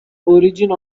origin